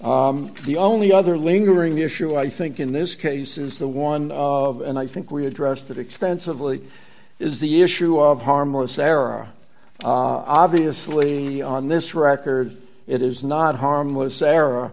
rebut the only other lingering issue i think in this case is the one of and i think we addressed that extensively is the issue of harm or sara obviously on this record it is not harmless er